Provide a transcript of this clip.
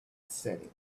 setting